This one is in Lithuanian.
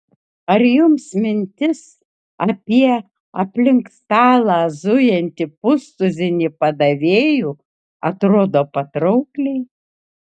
ar jums mintis apie aplink stalą zujantį pustuzinį padavėjų atrodo patraukliai